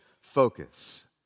focus